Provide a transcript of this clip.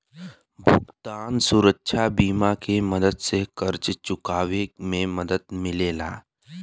भुगतान सुरक्षा बीमा के मदद से कर्ज़ चुकावे में मदद मिलेला